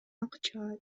акча